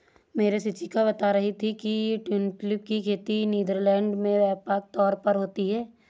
मेरी शिक्षिका बता रही थी कि ट्यूलिप की खेती नीदरलैंड में व्यापक तौर पर होती है